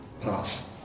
Pass